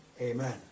Amen